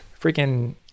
freaking